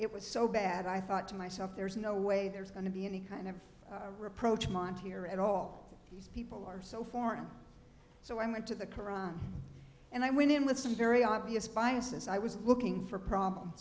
it was so bad i thought to myself there's no way there's going to be any kind of reproach mind here and all these people are so foreign so i went to the qur'an and i went in with some very obvious biases i was looking for problem